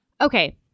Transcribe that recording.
Okay